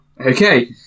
Okay